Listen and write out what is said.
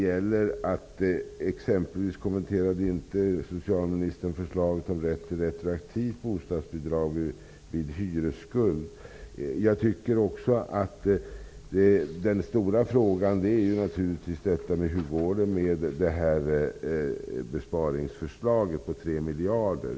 Socialministern kommenterade exempelvis inte förslaget om rätt till retroaktivt bostadsbidrag vid hyresskuld. Den stora frågan är naturligtvis hur det går med besparingsförslaget på 3 miljarder.